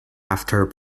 after